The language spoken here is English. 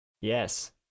Yes